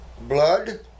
Blood